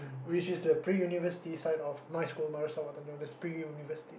which is the pre university side of my school marist stella known as pre university